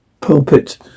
pulpit